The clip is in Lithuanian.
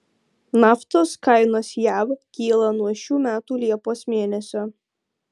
naftos kainos jav kyla nuo šių metų liepos mėnesio